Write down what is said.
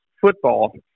football